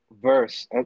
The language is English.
Verse